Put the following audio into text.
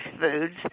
foods